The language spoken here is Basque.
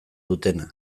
dutena